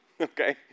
Okay